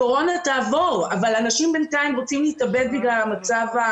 הקורונה תעבור אבל בינתיים אנשים רוצים להתאבד בגלל המצב.